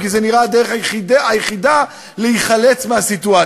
כי זו נראית הדרך היחידה להיחלץ מהסיטואציה.